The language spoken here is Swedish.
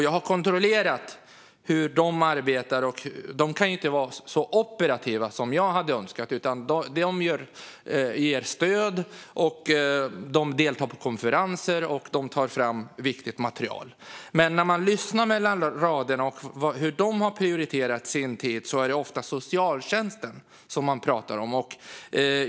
Jag har kontrollerat hur de arbetar, och de kan inte vara så operativa som jag hade önskat. De ger stöd, de deltar på konferenser och de tar fram viktigt material. Men när man lyssnar och läser mellan raderna hur de har prioriterat sin tid ser man att det oftast är socialtjänsten som de pratar om.